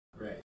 right